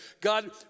God